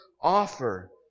offer